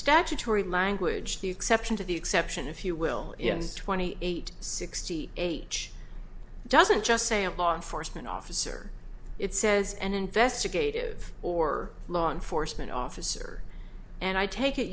statutory language the exception to the exception if you will yes twenty eight sixty age doesn't just say a lot foresman officer it says an investigative or law enforcement officer and i take it